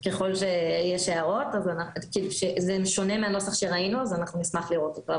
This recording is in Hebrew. זה שונה מהנוסח שראינו, אנחנו נשמח לראות אותו.